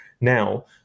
now